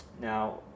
Now